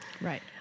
Right